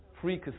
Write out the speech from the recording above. free